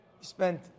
spent